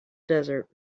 desert